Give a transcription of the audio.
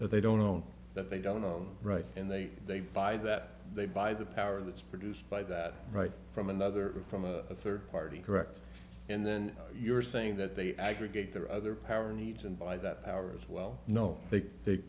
that they don't own that they don't own right and they they buy that they buy the power that's produced by that right from another from a third party correct and then you're saying that they aggregate their other power needs and by that powers well no